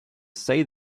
say